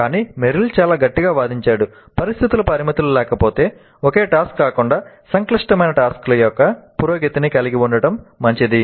కానీ మెర్రిల్ చాలా గట్టిగా వాదించాడు పరిస్థితుల పరిమితులు లేకపోతే ఒకే టాస్క్ కాకుండా సంక్లిష్టమైన టాస్క్ ల యొక్క పురోగతిని కలిగి ఉండటం మంచిది